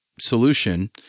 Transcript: solution